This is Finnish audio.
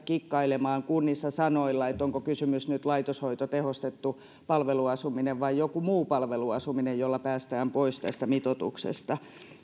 kunnissa kikkailemaan sanoilla onko kyseessä nyt laitoshoito tehostettu palveluasuminen vai joku muu palveluasuminen jolla päästään pois tästä mitoituksesta